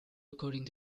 according